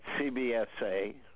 CBSA